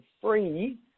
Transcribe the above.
free